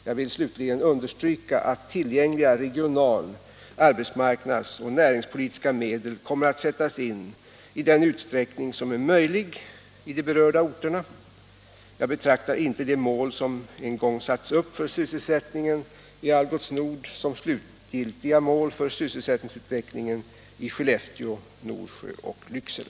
Jag vill slutligen understryka att tillgängliga regional-, arbetsmarknadsoch näringspolitiska medel kommer att sättas in i den utsträckning som är möjlig i de berörda orterna. Jag betraktar inte de mål som en gång sattes upp för sysselsättningen i Algots Nord som slutgiltiga mål för sysselsättningsutvecklingen i Skellefteå, Norsjö och Lycksele.